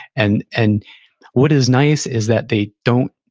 and and what is nice is that they don't